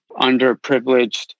underprivileged